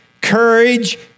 courage